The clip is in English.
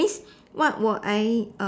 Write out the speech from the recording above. means what will I